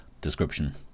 description